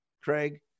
Craig